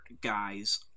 guys